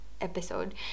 episode